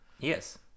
Yes